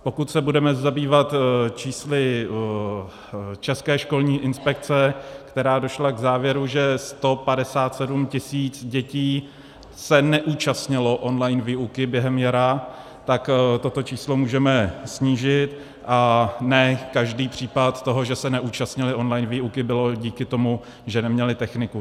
Pokud se budeme zabývat čísly České školní inspekce, která došla k závěru, že 157 tisíc dětí se neúčastnilo online výuky během jara, tak toto číslo můžeme snížit, a ne každý případ toho, že se neúčastnily výuky, byl díky tomu, že neměly techniku.